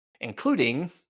including